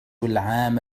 العام